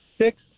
six